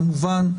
כמובן,